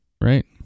right